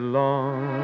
long